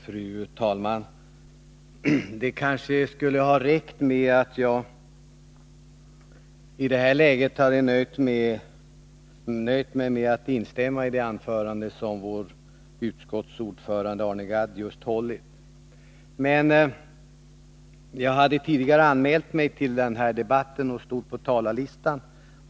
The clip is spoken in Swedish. Fru talman! Jag kanske i det här läget kunde ha nöjt mig med att instämma i det anförande som vår utskottsordförande Arne Gadd just höll. Men jag hade tidigare anmält mig till den här debatten och stod på talarlistan.